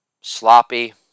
sloppy